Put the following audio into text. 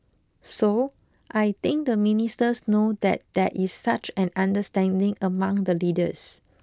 so I think the ministers know that there is such an understanding among the leaders